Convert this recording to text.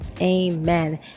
amen